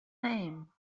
name